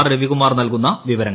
്ട്രവികുമാർ നൽകുന്ന വിവരങ്ങൾ